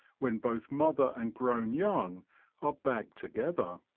when both mother and grown young are bagged together.